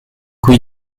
cui